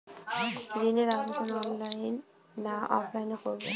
ঋণের আবেদন অনলাইন না অফলাইনে করব?